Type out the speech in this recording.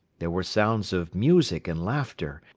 there were sounds of music and laughter,